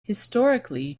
historically